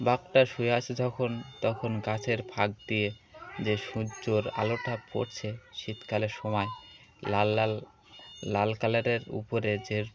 বাঘটা শুই আসে যখন তখন গাছের ফাঁক দিয়ে মানে আলোটা পড়ছে দিয়ে যে সূর্যর আলোটা পরড়ছে শীতকালে সময় লাল লাল লাল কালারের উপরে যে